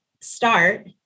start